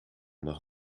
nog